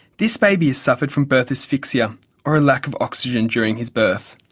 this baby has suffered from birth asphyxia or a lack of oxygen during his birth.